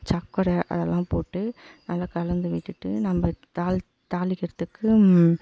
சக்கரை அதெல்லாம் போட்டு நல்லா கலந்து விட்டுவிட்டு நம்ம தாளிக்க தாளிக்கிறதுக்கு